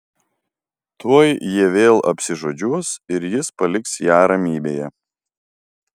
tuoj jie vėl apsižodžiuos ir jis paliks ją ramybėje